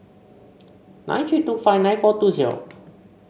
nine tree two five nine four two zero